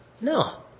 No